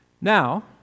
Now